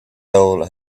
hole